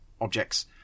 objects